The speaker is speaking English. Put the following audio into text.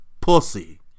Pussy